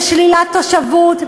שלילת תושבות,